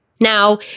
Now